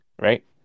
right